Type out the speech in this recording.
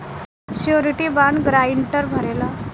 surety bond guarantor भरेला